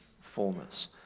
fullness